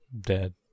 Dead